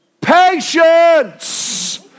patience